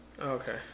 Okay